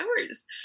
hours